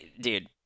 dude